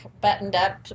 buttoned-up